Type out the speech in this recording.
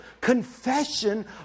confession